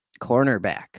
cornerback